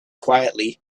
quietly